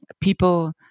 People